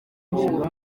uwo